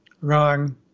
wrong